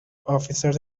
officers